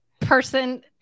person